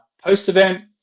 Post-event